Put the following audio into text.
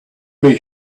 that